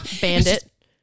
bandit